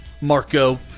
Marco